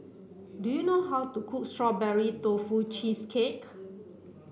do you know how to cook strawberry tofu cheesecake